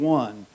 one